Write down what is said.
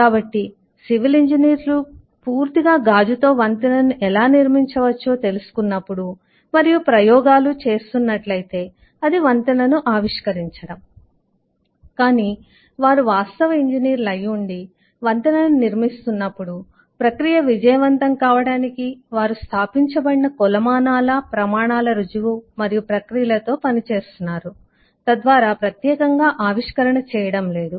కాబట్టి సివిల్ ఇంజనీర్లు కూర్చొనిపూర్తిగా గాజుతో వంతెనను ఎలా నిర్మించవచ్చో తెలుసుకున్నప్పుడు మరియు ప్రయోగా లు చేస్తున్నట్లయితే అది వంతెనను ఆవిష్కరించడం కానీ వారు వాస్తవ ఇంజనీర్లు అయి ఉండి వంతెనను నిర్మిస్తున్నప్పుడు ప్రక్రియ విజయవంతం కావడానికి వారు స్థాపించబడిన కొలమానాల ప్రమాణాల రుజువు మరియు ప్రక్రియలతో పని చేస్తున్నారు తద్వారా ప్రత్యేకంగా ఆవిష్కరణ చేయడం లేదు